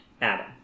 Adam